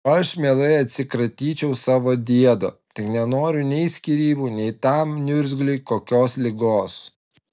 o aš mielai atsikratyčiau savo diedo tik nenoriu nei skyrybų nei tam niurgzliui kokios ligos